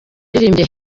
yaririmbye